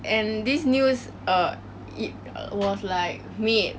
and this news err it was like made